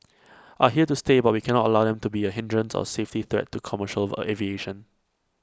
are here to stay but we cannot allow them to be A hindrance or safety threat to commercial aviation